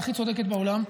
את הכי צודקת בעולם.